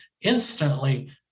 instantly